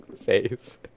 face